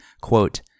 Quote